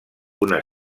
una